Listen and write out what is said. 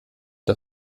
der